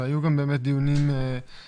והיו גם באמת דיונים לפני.